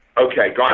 Okay